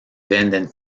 venden